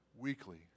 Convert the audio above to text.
weekly